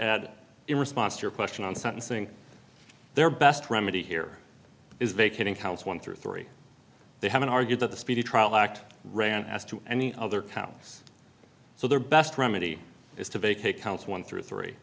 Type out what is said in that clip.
add in response to your question on sentencing their best remedy here is vacating counts one through three they haven't argued that the speedy trial act ran as to any other counts so their best remedy is to vacate counts one through three